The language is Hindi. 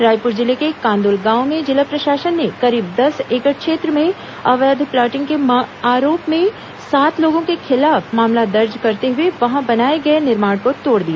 रायपुर जिले के कान्दुल गांव में जिला प्रशासन ने करीब दस एकड़ क्षेत्र में अवैध प्लाटिंग के आरोप में सात लोगों के खिलाफ मामला दर्ज करते हुए वहां बनाए गए निर्माण को तोड़ दिया